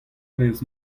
vez